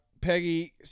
Peggy